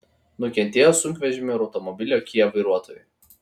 nukentėjo sunkvežimio ir automobilio kia vairuotojai